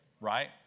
right